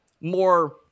more